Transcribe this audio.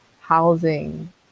housing